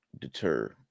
deter